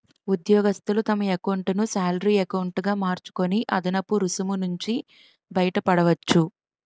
ఉద్యోగస్తులు తమ ఎకౌంటును శాలరీ ఎకౌంటు గా మార్చుకొని అదనపు రుసుము నుంచి బయటపడవచ్చు